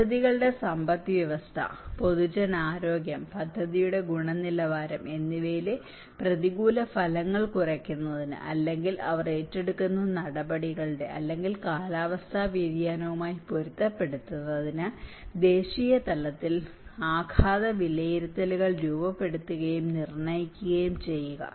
പദ്ധതികളുടെ സമ്പദ്വ്യവസ്ഥ പൊതുജനാരോഗ്യം പരിസ്ഥിതിയുടെ ഗുണനിലവാരം എന്നിവയിലെ പ്രതികൂല ഫലങ്ങൾ കുറയ്ക്കുന്നതിന് അല്ലെങ്കിൽ അവർ ഏറ്റെടുക്കുന്ന നടപടികളുടെ അല്ലെങ്കിൽ കാലാവസ്ഥാ വ്യതിയാനവുമായി പൊരുത്തപ്പെടുന്നതിന് ദേശീയതലത്തിൽ ആഘാത വിലയിരുത്തലുകൾ രൂപപ്പെടുത്തുകയും നിർണ്ണയിക്കുകയും ചെയ്യുക